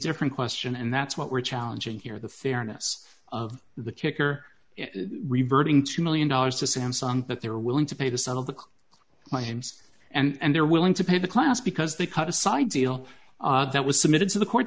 different question and that's what we're challenging here the fairness of the kicker reverting two million dollars to samsung that they were willing to pay the settle the my hymns and they're willing to pay the class because they cut a side deal that was submitted to the court